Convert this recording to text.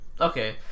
okay